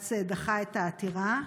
שבג"ץ דחה את העתירה,